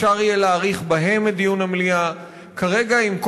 אפשר יהיה להאריך בהם את דיון המליאה.